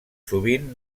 sovint